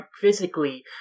physically